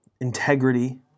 integrity